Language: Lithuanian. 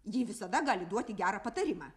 ji visada gali duoti gerą patarimą